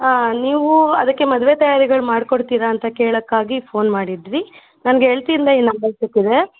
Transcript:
ಹಾಂ ನೀವು ಅದಕ್ಕೆ ಮದುವೆ ತಯಾರಿಗಳು ಮಾಡಿಕೊಡ್ತೀರಾ ಅಂತ ಕೇಳೋಕ್ಕಾಗಿ ಫೋನ್ ಮಾಡಿದ್ವಿ ನನ್ನ ಗೆಳತಿಯಿಂದ ಈ ನಂಬರ್ ಸಿಕ್ಕಿದೆ